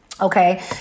Okay